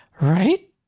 right